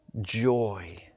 joy